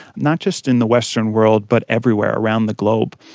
not just in the western world but everywhere around the globe.